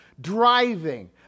Driving